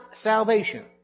salvation